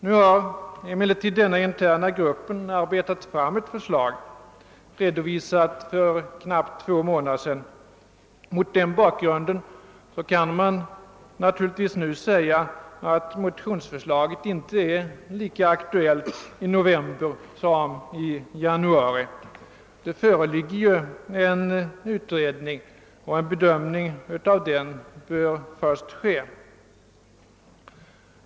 Nu har emellertid denna interna grupp utarbetat ett förslag, redovisat för knappt två månader sedan. Mot den bakgrunden kan man naturligtvis säga att motionsförslaget inte är lika aktuellt nu i november som det var i januari. Det föreligger ju en utredning, och en bedömning av den bör först ske.